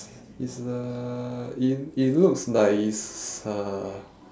is the it it looks like it's uh